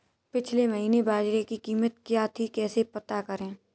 पिछले महीने बाजरे की कीमत क्या थी कैसे पता करें?